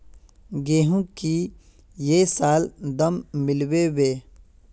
गेंहू की ये साल दाम मिलबे बे?